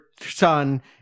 son